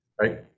right